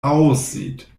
aussieht